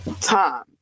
time